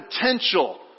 potential